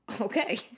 Okay